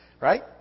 Right